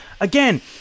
Again